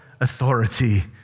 authority